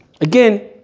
Again